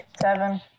Seven